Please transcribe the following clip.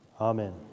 Amen